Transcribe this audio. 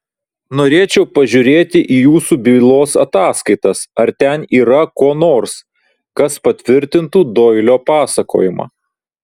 norėčiau pažiūrėti į jūsų bylos ataskaitas ar ten yra ko nors kas patvirtintų doilio pasakojimą